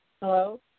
Hello